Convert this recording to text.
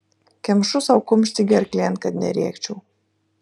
kemšu sau kumštį gerklėn kad nerėkčiau